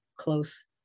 close